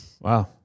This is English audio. wow